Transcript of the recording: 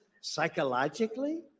psychologically